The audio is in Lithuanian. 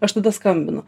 aš tada skambinu